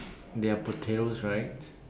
they are potatoes right